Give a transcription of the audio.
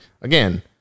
again